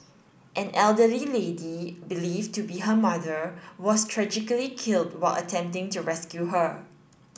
an elderly lady believed to be her mother was tragically killed while attempting to rescue her